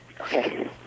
Okay